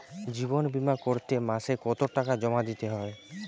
জীবন বিমা করতে মাসে কতো টাকা জমা দিতে হয়?